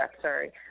Sorry